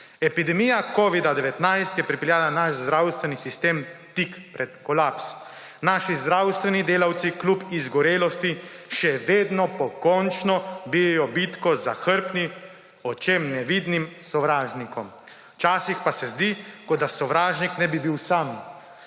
Epidemija covida-19 je pripeljala naš zdravstveni sistem tik pred kolaps. Naši zdravstveni delavci kljub izgorelosti še vedno pokončno bijejo bitko z zahrbtnim, očem nevidnim sovražnikom. Včasih pa se zdi, kot da sovražnik ne bi bil sam,